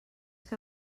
que